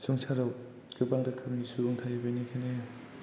संसाराव गोबां रोखोमनि सुबुं थायो बेनिखायनो